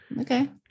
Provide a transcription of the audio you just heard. Okay